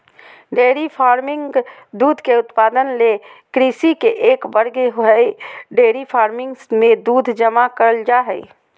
dairy farming दूध के उत्पादन ले कृषि के एक वर्ग हई डेयरी फार्मिंग मे दूध जमा करल जा हई